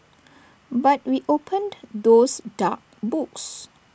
but we opened those dark books